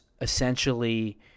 essentially